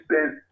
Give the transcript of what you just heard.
spent